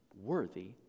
worthy